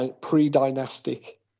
pre-dynastic